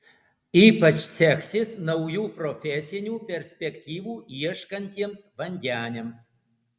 ypač seksis naujų profesinių perspektyvų ieškantiems vandeniams